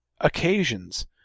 occasions